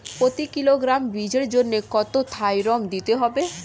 প্রতি কিলোগ্রাম বীজের জন্য কত থাইরাম দিতে হবে?